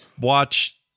watch